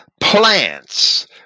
plants